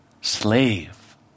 Slave